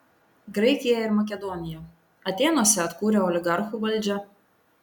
graikiją ir makedoniją atėnuose atkūrė oligarchų valdžią